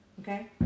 Okay